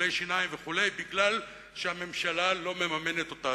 טיפולי שיניים וכו', כי הממשלה לא מממנת אותה.